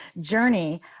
journey